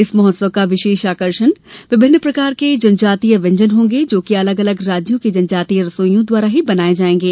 इस महोत्सव का विशेष आकर्षण विभिन्न प्रकार के जनजातीय व्यंजन होंगे जो कि अलग अलग राज्यों के जनजातीय रसोईयों द्वारा ही बनाये जायेंगे